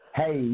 hey